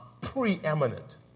preeminent